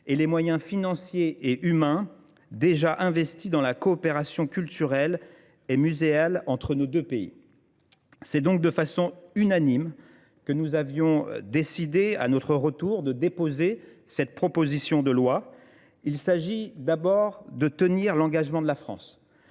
et les moyens financiers et humains déjà investis dans la coopération culturelle et muséale entre nos deux pays. C'est donc de façon unanime que nous avions décidé à notre retour de déposer cette proposition de loi. Il s'agit d'abord de tenir l'engagement de la France